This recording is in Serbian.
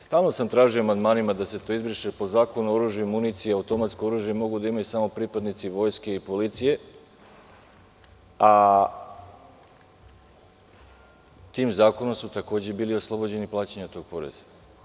Stalno sam tražio amandmanima da se to izbriše, jer po Zakonu o oružju i municiji automatsko oružje mogu da imaju samo pripadnici vojske i policije, a tim zakonom su takođe bili oslobođeni plaćanja tog poreza.